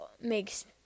makes